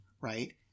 right